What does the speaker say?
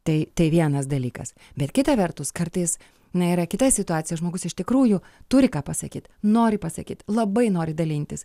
tai tai vienas dalykas bet kita vertus kartais na yra kita situacija žmogus iš tikrųjų turi ką pasakyt nori pasakyt labai nori dalintis